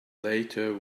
later